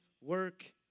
work